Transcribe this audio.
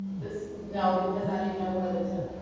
no, because i didn't know whether to,